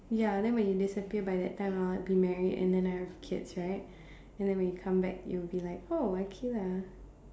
ya then when you disappear by that time I'll be like married then I'll have kids right and then when you come back you'll be like oh Aqilah